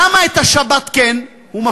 למה את השבת הוא כן מפקיד,